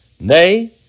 Nay